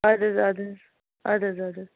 آدٕ حظ آدٕ حظ آدٕ حظ آدٕ حظ